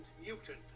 mutant